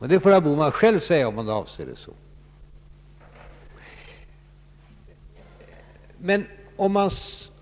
Herr Bohman får själv säga om det var hans avsikt.